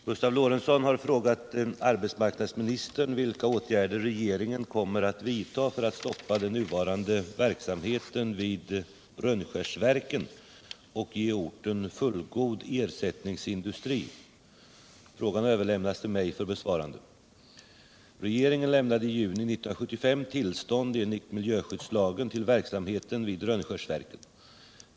Herr talman! Gustav Lorentzon har frågat arbetsmarknadsministern vilka åtgärder regeringen kommer att vidta för att stoppa den nuvarande verksamheten vid Rönnskärsverken och ge orten fullgod ersättningsindustri. Frågan har överlämnats till mig för besvarande. Regeringen lämnade i juni 1975 tillstånd enligt miljöskyddslagen till verksamheten vid Rönnskärsverken.